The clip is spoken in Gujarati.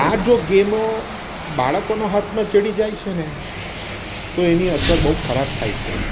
આ જો ગેમો બાળકોના હાથમાં ચડી જાય છે ને તો એની અસર બહુ ખરાબ થાય છે